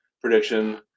prediction